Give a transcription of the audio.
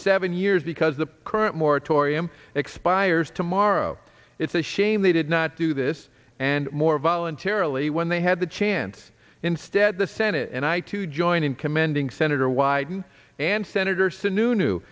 seven years because the current moratorium expires tomorrow it's a shame they did not do this and more voluntarily when they had the chance instead the senate and i to join in commending senator wyden and senator